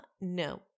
no